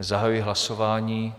Zahajuji hlasování.